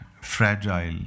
fragile